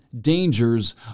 dangers